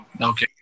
Okay